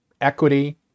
Equity